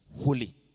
holy